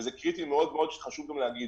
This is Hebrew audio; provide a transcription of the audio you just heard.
וזה קריטי מאוד, חשוב גם להגיד